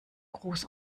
groß